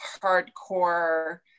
hardcore